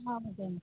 ஆமாம்